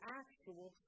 actual